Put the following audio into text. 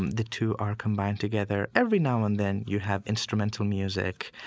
um the two are combined together. every now and then you have instrumental music,